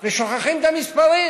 ושוכחים את המספרים.